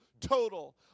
total